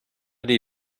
die